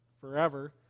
forever